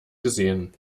gesehen